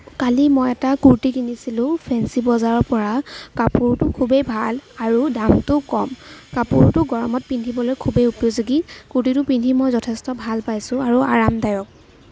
কালি মই এটা কুৰ্তি কিনিছিলোঁ ফেঞ্চি বজাৰৰ পৰা কাপোৰটো খুবেই ভাল আৰু দামটোও কম কাপোৰটো গৰমত পিন্ধিবলৈ খুবেই উপযোগী কুৰ্তিটো পিন্ধি মই যথেষ্ট ভাল পাইছোঁ আৰু আৰামদায়ক